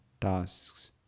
tasks